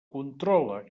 controla